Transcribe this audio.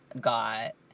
got